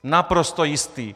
Naprosto jistý!